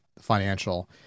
financial